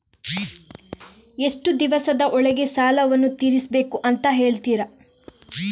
ಎಷ್ಟು ದಿವಸದ ಒಳಗೆ ಸಾಲವನ್ನು ತೀರಿಸ್ಬೇಕು ಅಂತ ಹೇಳ್ತಿರಾ?